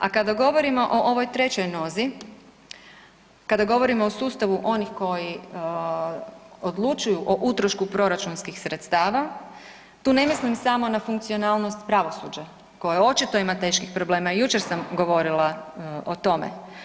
A kada govorimo o ovoj trećoj nozi, kada govorimo o sustavu onih koji odlučuju u utrošku proračunskih sredstava tu ne mislim samo na funkcionalnost pravosuđa koje očito ima teških problema, jučer sam govorila o tome.